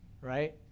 right